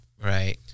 Right